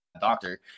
doctor